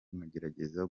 nkagerageza